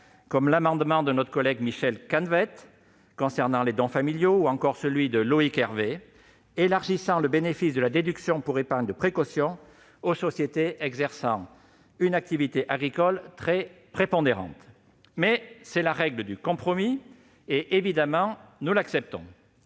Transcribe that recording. comme l'amendement de notre collègue Michel Canévet au sujet des dons familiaux, ou encore celui de Loïc Hervé visant à élargir le bénéfice de la déduction pour épargne de précaution aux sociétés exerçant une activité agricole très prépondérante. Mais c'est la règle du compromis ; évidemment, nous l'acceptons.